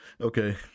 Okay